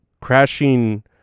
crashing